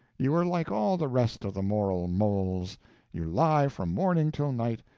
you are like all the rest of the moral moles you lie from morning till night,